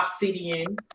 obsidian